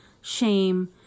shame